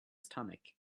stomach